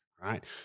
right